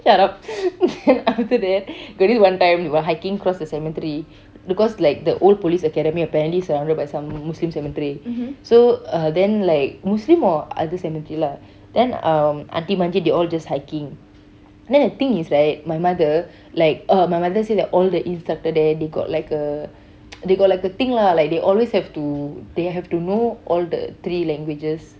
shut up then after that got this one time we were hiking across the cemetery because like the old police academy apparently surrounded by some muslim cemetery so uh then like muslim or other cemetery lah then um aunty manjeet they all just hiking then the thing is right my mother like uh my mother said that all the instructors there they got like a they got like a thing lah like they always have to they have to know all the three languages